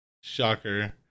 Shocker